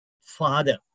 father